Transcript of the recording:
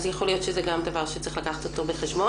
יכול להיות שזה גם דבר שצריך לקחת אותו בחשבון.